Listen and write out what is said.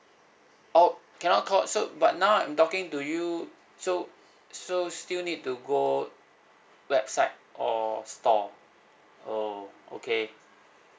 oh cannot call so but now I'm talking to you so so still need to go website or store oh okay